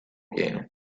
pieno